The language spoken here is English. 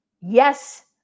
Yes